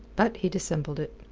but he dissembled it.